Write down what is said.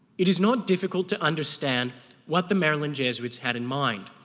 it is not difficult to understand what the maryland jesuits had in mind,